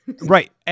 Right